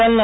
Jalna